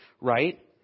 Right